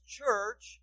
church